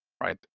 right